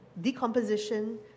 decomposition